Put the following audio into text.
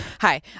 Hi